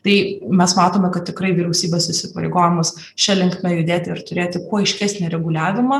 tai mes matome kad tikrai vyriausybės įsipareigojimas šia linkme judėti ir turėti kuo aiškesnį reguliavimą